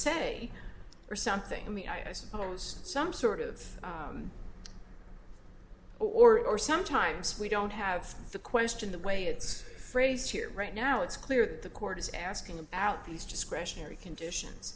say or something i mean i suppose some sort of or sometimes we don't have the question the way it's phrase here right now it's clear that the court is asking about these discretionary conditions